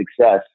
success